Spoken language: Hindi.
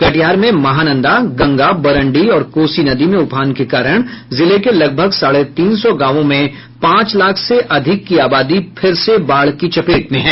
कटिहार में महानंदा गंगा बरंडी और कोसी नदी में उफान के कारण जिले के लगभग साढ़े तीन सौ गांवों में पांच लाख से अधिक की आबादी फिर से बाढ़ की चपेट में हैं